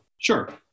Sure